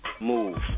move